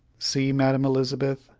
see, madam elizabeth,